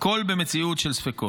הכול במציאות של ספקות.